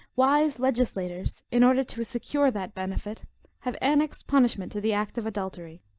wise legislators, in order to secure that benefit have annexed punishment to the act of adultery